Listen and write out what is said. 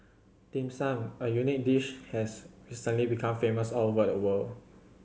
Dim Sum a unique dish has recently become famous all over the world